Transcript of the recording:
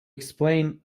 explain